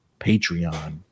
Patreon